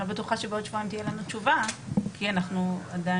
אני לא בטוחה שבעוד שבועיים תהיה לנו תשובה כי אנחנו עדין...